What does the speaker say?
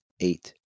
eight